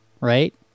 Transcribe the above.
right